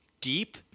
Deep